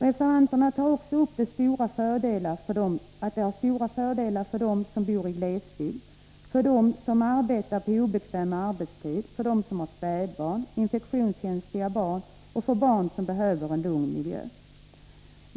Reservanterna tar upp att familjedaghem har stora fördelar för dem som bor i glesbygd, för dem som arbetar på obekväm arbetstid, för dem som har spädbarn, för infektionskänsliga barn och för barn som behöver en lugn miljö.